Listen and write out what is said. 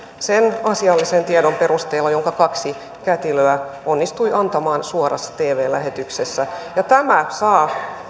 sen asiallisen tiedon perusteella jonka kaksi kätilöä onnistui antamaan suorassa tv lähetyksessä ja tämä saa